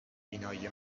بینایی